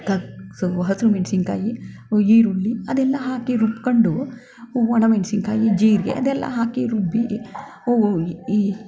ಹಸಿರು ಮೆಣಸಿನಕಾಯಿ ಈರುಳ್ಳಿ ಅದೆಲ್ಲ ಹಾಕಿ ರುಬ್ಕೊಂಡು ಒಣಮೆಣಸಿನಕಾಯಿ ಜೀರಿಗೆ ಅದೆಲ್ಲ ಹಾಕಿ ರುಬ್ಬಿ ಅವು ಈ